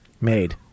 made